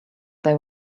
they